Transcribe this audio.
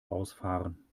ausfahren